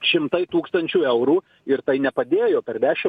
šimtai tūkstančių eurų ir tai nepadėjo per dešim